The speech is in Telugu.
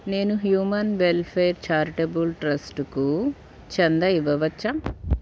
నేను హ్యూమన్ వెల్ఫేర్ ఛారిటబుల్ ట్రస్ట్కు చందా ఇవ్వవచ్చా